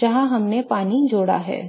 जहां हमने पानी जोड़ा है